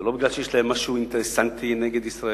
ולא כי יש להם משהו אינטרסנטי נגד ישראל.